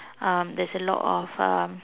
um there's a lot of um